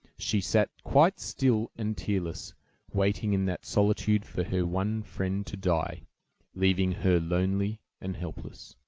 she sat quite still and tearless waiting in that solitude for her one friend to die leaving her lonely and helpless.